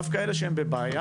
דווקא אלה שהם בבעיה,